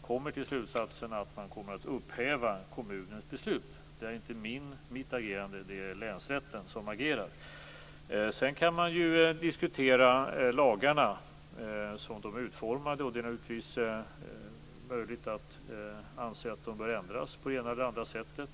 kommer till slutsatsen att man upphäver kommunens beslut. Det är inte mitt agerande, utan det är länsrätten som agerar. Sedan kan man diskutera hur lagarna är utformade. Det är naturligtvis möjligt att anse att de bör ändras på det ena eller andra sättet.